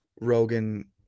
Rogan